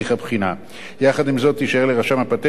יחד עם זאת תישאר לרשם הפטנטים האפשרות ליתן ארכות